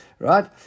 Right